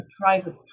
private